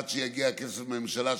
עד שיגיע הכסף מהממשלה,